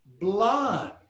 blood